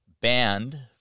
banned